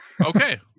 Okay